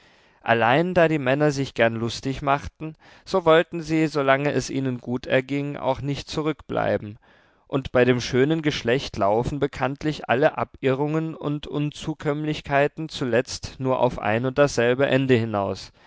allein da die männer sich gern lustig machten so wollten sie solange es ihnen gut erging auch nicht zurückbleiben und bei dem schönen geschlecht laufen bekanntlich alle abirrungen und unzukömmlichkeiten zuletzt nur auf ein und dasselbe ende hinaus